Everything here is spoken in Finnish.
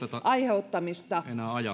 aiheuttamista